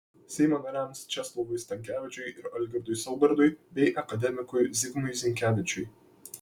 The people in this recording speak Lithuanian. seimo nariams česlovui stankevičiui ir algirdui saudargui bei akademikui zigmui zinkevičiui